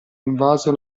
invaso